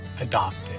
adopted